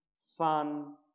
sun